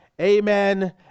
Amen